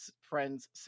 friends